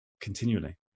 continually